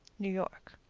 new york.